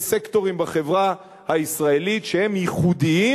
יש סקטורים בחברה הישראלית שהם ייחודיים,